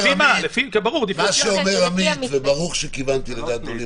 וברור שכיוונתי לדעת גדולים,